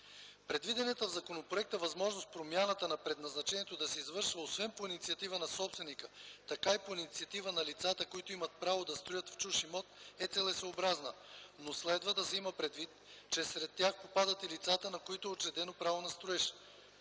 Предвидената в законопроекта възможност промяната на предназначението да се извършва, освен по инициатива на собственика, така и по инициатива на лицата, които имат право да строят в чужд имот е целесъобразна, но следва да се има предвид, че сред тях попадат и лицата, на които е учредено право на строеж.